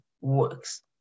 works